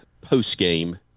post-game